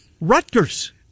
Rutgers